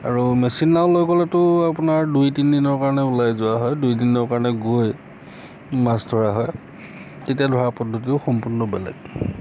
আৰু মেচিন নাও লৈ গ'লেতো আপোনাৰ দুই তিনি দিনৰ কাৰণে ওলাই যোৱা হয় দুই তিনি দিনৰ কাৰণে গৈ মাছ ধৰা হয় তেতিয়া ধৰা পদ্ধতিও সম্পূৰ্ণ বেলেগ